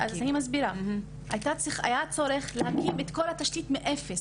אז אני מסבירה: היה צורך להקים את כל התשתית מאפס.